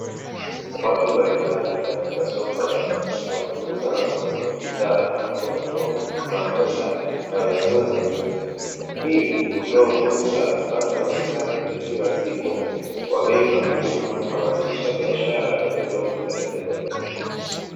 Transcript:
Watu mbalimbali katika soko la wazi wakiuza na kununua bidhaa kama: mbogamboga, matunda na vyakula vingine. Hii hutoa fursa ya kupata mahitaji ya kila siku kwa bei nafuu na kuhamasisha biashara ndogondogo katika jamii.